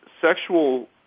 sexual